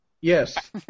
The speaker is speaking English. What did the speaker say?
Yes